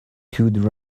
could